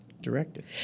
directed